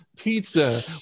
pizza